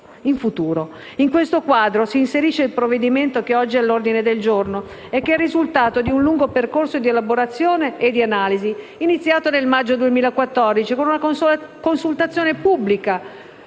In questo quadro si inserisce il provvedimento oggi all'ordine del giorno, che è il risultato di un lungo percorso di elaborazione ed analisi, iniziato nel maggio del 2014, con una consultazione pubblica